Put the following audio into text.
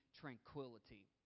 tranquility